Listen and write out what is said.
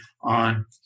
on